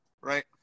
right